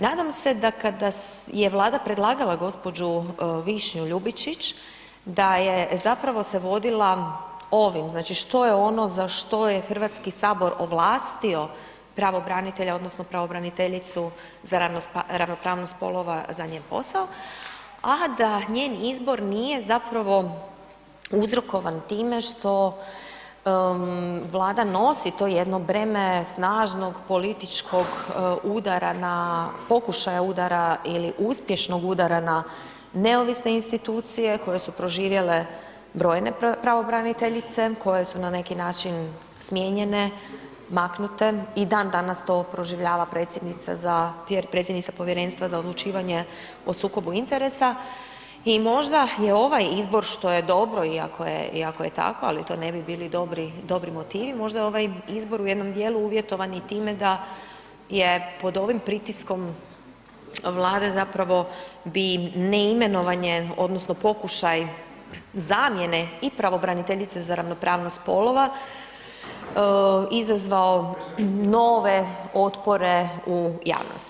Nadam se da kada je Vlada predlagala gđu. Višnju Ljubičić da je zapravo se vodila ovim, znači što je ono za što je HS ovlastio pravobranitelja odnosno pravobraniteljicu za ravnopravnost spolova za njen posao, a da njen izbor nije zapravo uzrokovan time što Vlada nosi to jedno breme snažnog političkog udara na, pokušaj udara ili uspješnog udara na neovisne institucije koje su proživjele brojne pravobraniteljice koje su na neki način smijenjene, maknute i dan danas to proživljava predsjednica za, predsjednica Povjerenstva za odlučivanje o sukobu interesa i možda je ovaj izbor, što je dobro, i ako je tako, ali to ne bi bili dobri motivi, možda je ovaj izbor u jednom dijelu uvjetovat i time da je pod ovim pritiskom Vlada zapravo bi ne imenovanje odnosno pokušaj zamjene i pravobraniteljice za ravnopravnost spolova izazvao nove otpore u javnosti.